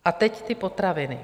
A teď potraviny.